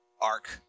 arc